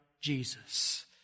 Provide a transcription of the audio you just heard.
Jesus